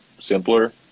simpler